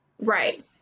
Right